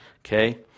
Okay